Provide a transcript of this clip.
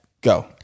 Go